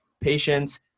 patients